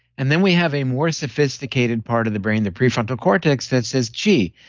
and then we have a more sophisticated part of the brain, the prefrontal cortex, that says, gee,